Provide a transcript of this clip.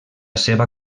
seva